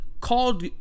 called